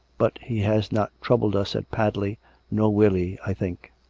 but he has not troubled us at padley nor will he, i think.